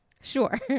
Sure